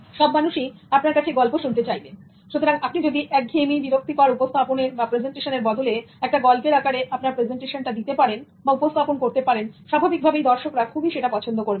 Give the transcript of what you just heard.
সব মানুষই আপনার কাছে গল্প শুনতে চায় সুতরাং আপনি যদি একঘেয়েমি বিরক্তিকর উপস্থাপনেরপ্রেজেন্টেশনের বদলে একটা গল্পের আকারে আপনার প্রেজেন্টেশনটা দিতে পারেন বা উপস্থাপন করতে পারেন স্বাভাবিকভাবেই দর্শকরা খুবই পছন্দ করবেন